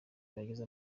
bagize